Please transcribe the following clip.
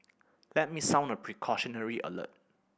let me sound a precautionary alert